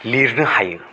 लिरनो हायो